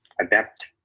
adapt